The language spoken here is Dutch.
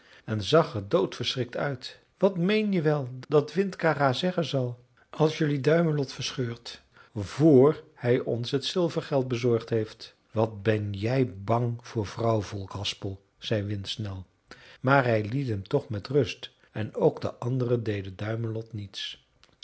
en zag er doodverschrikt uit wat meen je wel dat windkara zeggen zal als jelui duimelot verscheurt vr hij ons het zilvergeld bezorgd heeft wat ben jij bang voor vrouwvolk haspel zei windsnel maar hij liet hem toch met rust en ook de anderen deden duimelot niets